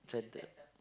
centre